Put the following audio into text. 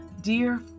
Dear